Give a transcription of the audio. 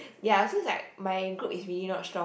ya so it's like my group is really not strong